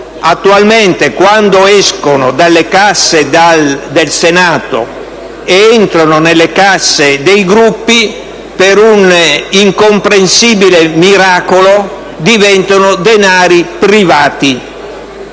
attualmente, quando escono dalle casse del Senato ed entrano nelle casse dei Gruppi, per un incomprensibile miracolo diventano denari privati,